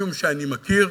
משום שאני מכיר